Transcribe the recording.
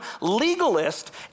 legalist